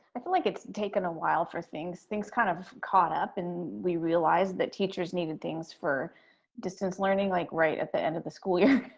i feel like it's taken a while for things. things kind of caught up and we realized that teachers needed things for distance learning like right at the end of the school year.